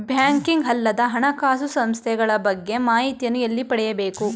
Banking ಅಲ್ಲದ ಹಣಕಾಸು ಸಂಸ್ಥೆಗಳ ಬಗ್ಗೆ ಮಾಹಿತಿಯನ್ನು ಎಲ್ಲಿ ಪಡೆಯಬೇಕು?